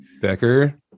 Becker